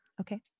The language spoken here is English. Okay